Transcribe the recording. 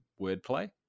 wordplay